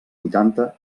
vuitanta